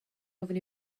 ofyn